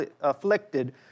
afflicted